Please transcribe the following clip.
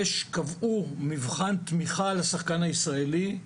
קבעו מבחן תמיכה לשחקן הישראלי,